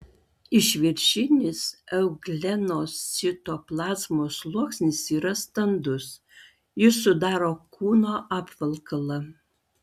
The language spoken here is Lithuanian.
išviršinis euglenos citoplazmos sluoksnis yra standus jis sudaro kūno apvalkalą